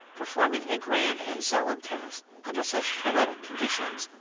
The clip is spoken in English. performing a grand and solemn task under such poetic conditions,